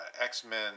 X-Men